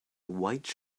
white